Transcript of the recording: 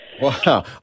Wow